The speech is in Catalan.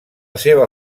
seva